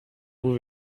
vous